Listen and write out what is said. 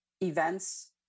events